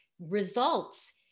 results